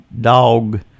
dog